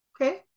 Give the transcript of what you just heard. okay